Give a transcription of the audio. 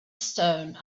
stone